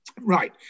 right